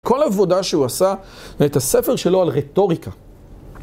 כל העבודה שהוא עשה, את הספר שלו על רטוריקה.